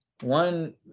one